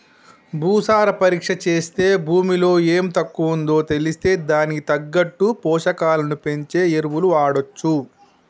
భూసార పరీక్ష చేస్తే భూమిలో ఎం తక్కువుందో తెలిస్తే దానికి తగ్గట్టు పోషకాలను పెంచే ఎరువులు వాడొచ్చు